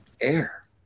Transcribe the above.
air